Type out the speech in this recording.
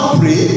pray